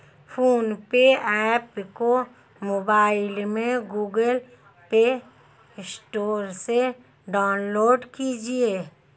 phone पे app को mobile में गूगल प्ले स्टोर से डाउनलोड कीजिए